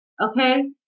okay